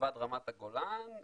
מלבד רמת גולן,